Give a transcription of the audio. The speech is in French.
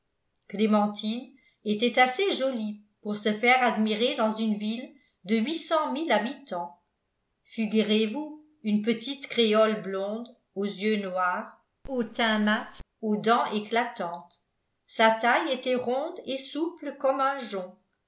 clémentine était assez jolie pour se faire admirer dans une ville de huit cent mille habitants figurez-vous une petite créole blonde aux yeux noirs au teint mat aux dents éclatantes sa taille était ronde et souple comme un jonc